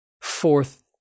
Fourth